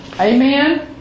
Amen